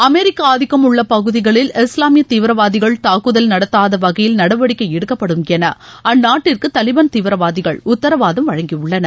அமெரிக்க ஆதிக்கம் உள்ள பகுதிகளில் இஸ்லாமிய தீவிரவாதிகள் தாக்குதல் நடத்தாத வகையில் நடவடிக்கை எடுக்கப்படும் என அந்நாட்டிற்கு தாலிபான் தீவிரவாதிகள் உத்தரவாதம் வழங்கியுள்ளனர்